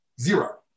zero